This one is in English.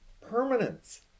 permanence